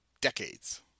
decades